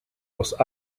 los